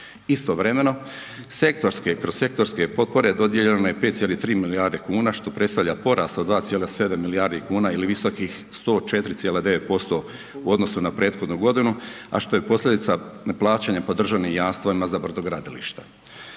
sektorske, kroz sektorske je potpore dodijeljeno je 5,3 milijarde kuna što predstavlja porast od 2,7 milijardi kuna ili visokih 104,9% u odnosu na prethodnu godinu a što je posljedica plaćanja po državnim jamstvima za brodogradilišta.